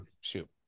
shoot